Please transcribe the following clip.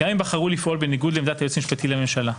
גם אם בחרו לפעול בניגוד לעמדת היועץ המשפטי לממשלה.